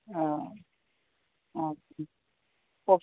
অঁ আচ্ছা